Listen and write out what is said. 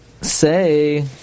say